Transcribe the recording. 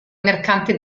mercante